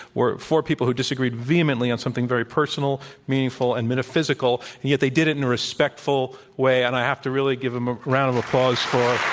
were four people who disagreed vehemently on something very personal, meaningful, and metaphysical. and yet, they did it in a respectful way. and i have to really give them a round of applause for